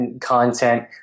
content